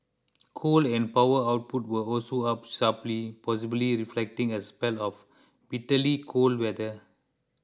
coal and power output were also up sharply possibly reflecting a spell of bitterly cold weather